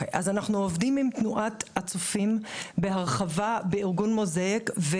אנחנו עובדים עם תנועת הצופים בהרחבה בארגון Mosaic,